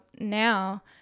now